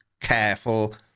careful